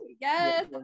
yes